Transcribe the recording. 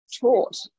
taught